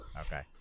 Okay